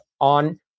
on